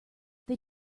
they